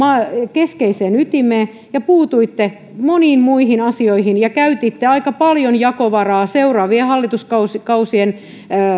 keskeiseen ytimeen ja puutuitte moniin muihin asioihin ja käytitte aika paljon jakovaraa seuraavien hallituskausien